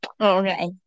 Okay